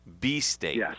B-State